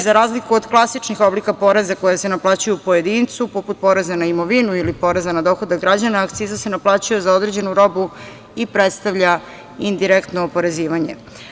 Za razliku od klasičnih oblika poreza koji se naplaćuju pojedincu, poput poreza na imovinu ili poreza na dohodak građana, akciza se naplaćuje za određenu robu i predstavlja indirektno oporezivanje.